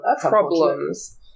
problems